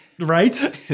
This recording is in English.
Right